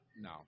No